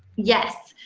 yes.